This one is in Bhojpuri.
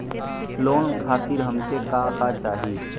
लोन खातीर हमके का का चाही?